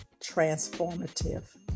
transformative